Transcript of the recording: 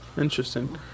Interesting